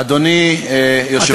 אדוני היושב-ראש,